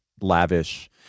lavish